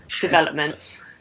developments